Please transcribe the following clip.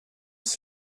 ich